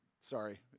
Sorry